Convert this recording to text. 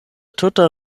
tuta